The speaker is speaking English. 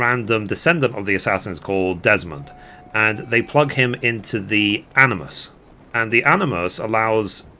random descendant of the assassins called desmond and they plug him into the animus and the animus allows